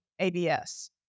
ABS